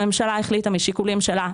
הממשלה החליטה משיקולים שלה,